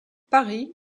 paris